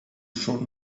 schon